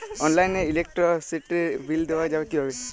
অনলাইনে ইলেকট্রিসিটির বিল দেওয়া যাবে কিভাবে?